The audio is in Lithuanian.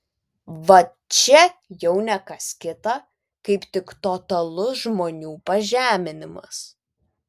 vat čia tai jau ne kas kita kaip tik totalus žmonių pažeminimas